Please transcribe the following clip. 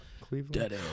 Cleveland